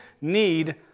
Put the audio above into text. need